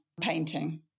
painting